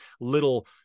little